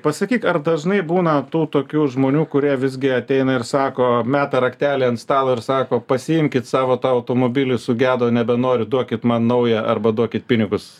pasakyk ar dažnai būna tų tokių žmonių kurie visgi ateina ir sako meta raktelį ant stalo ir sako pasiimkit savo tavo automobilis sugedo nebenoriu duokit man naują arba duokit pinigus